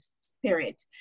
spirit